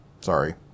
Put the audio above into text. Sorry